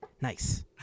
Nice